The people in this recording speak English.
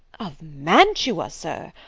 of mantua, sir?